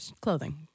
clothing